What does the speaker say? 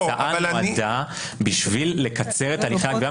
ההצעה הייתה בשביל לקצר את תהליכי הגבייה,